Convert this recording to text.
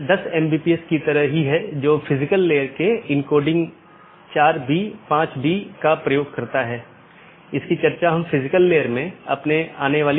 दूसरे अर्थ में जब मैं BGP डिवाइस को कॉन्फ़िगर कर रहा हूं मैं उस पॉलिसी को BGP में एम्बेड कर रहा हूं